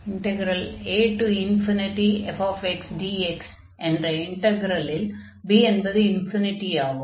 afxdx என்ற இன்டக்ரலில் b என்பது ஆகும்